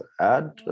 add